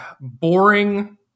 boring